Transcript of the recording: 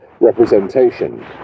representation